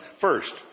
First